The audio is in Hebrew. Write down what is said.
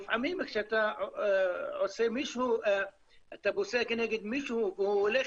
לפעמים כשאתה פוסק נגד מישהו הוא הולך